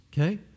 okay